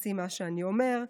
תעשי מה שאני אומר.